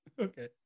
Okay